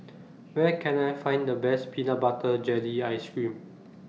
Where Can I Find The Best Peanut Butter Jelly Ice Cream